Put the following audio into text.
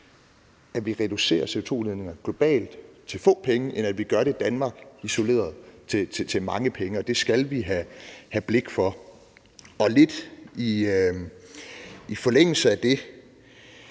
at vi reducerer CO2-udledningen globalt for få penge, end at vi gør det i Danmark isoleret til mange penge. Det skal vi have blik for. Lidt i forlængelse af det